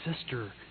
sister